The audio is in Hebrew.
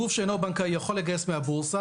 גוף שאינו בנקאי יכול לגייס מהבורסה,